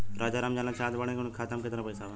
राजाराम जानल चाहत बड़े की उनका खाता में कितना पैसा बा?